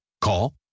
Call